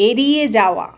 এড়িয়ে যাওয়া